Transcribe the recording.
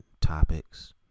topics